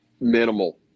Minimal